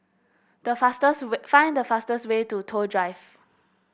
the fastest way find the fastest way to Toh Drive